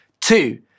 Two